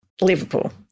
Liverpool